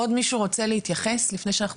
עוד מישהו רוצה להתייחס לפני שאנחנו